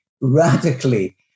radically